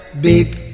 Beep